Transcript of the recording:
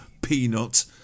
Peanut